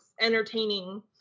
entertaining